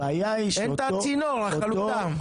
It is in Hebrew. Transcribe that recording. אין את צינור החלוקה.